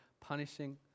punishing